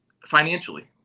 financially